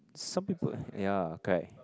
some people ya correct